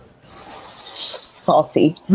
Salty